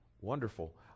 wonderful